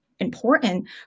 important